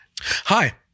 Hi